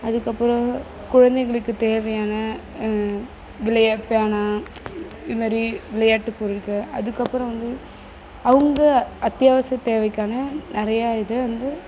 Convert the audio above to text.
அதுக்கப்புறம் குழந்தைகளுக்கு தேவையான விளையா பேனா இதுமாதிரி விளையாட்டு பொருள்கள் அதுக்கப்புறம் வந்து அவங்க அத்தியாவசிய தேவைக்கான நிறையா இதை வந்து